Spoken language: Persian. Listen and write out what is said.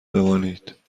بمانید